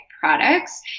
products